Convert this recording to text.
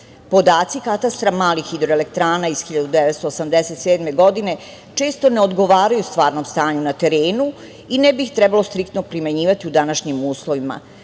Podaci katastra malih hidroelektrana iz 1987. godine često ne odgovaraju stvarnom stanju na terenu i ne bi ih trebalo striktno primenjivati u današnjim uslovima